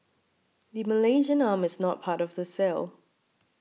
the Malaysian arm is not part of the sale